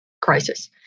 crisis